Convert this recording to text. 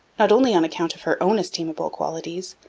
not only on account of her own estimable qualities,